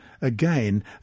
again